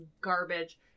garbage